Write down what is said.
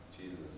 Jesus